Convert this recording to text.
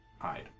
hide